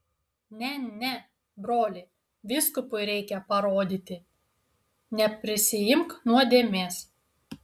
ne ne broli vyskupui reikia parodyti neprisiimk nuodėmės